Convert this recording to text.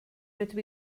rydw